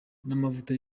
n’amavuta